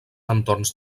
entorns